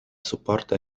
supporta